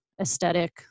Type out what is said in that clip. aesthetic